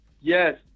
Yes